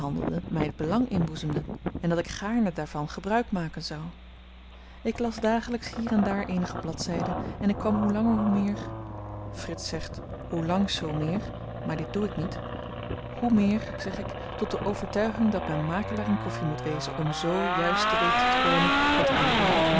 my belang inboezemden en dat ik gaarne daarvan gebruik maken zou ik las dagelyks hier en daar eenige bladzyden en ik kwam hoe langer hoe meer frits zegt hoe langs zoo meer maar dit doe ik niet hoe meer zeg ik tot de overtuiging dat men makelaar in koffi moet wezen om z juist te weten te komen wat er in de wereld